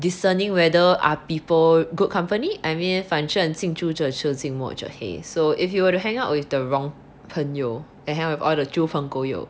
discerning whether are people good company I mean 反正近朱者赤近墨者黑 so if you were to hang out with the wrong 朋友 and hang out with all the 猪朋狗友